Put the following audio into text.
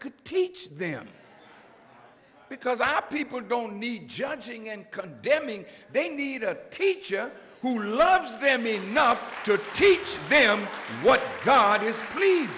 could teach them because i know people don't need judging and condemning they need a teacher who loves them enough to teach them what god is please